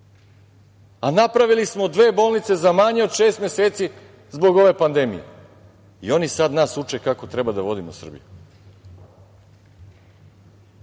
a napravili smo dve bolnice za manje od šest meseci zbog ove pandemije i oni sad nas uče kako trebamo da vodimo Srbiju. Koji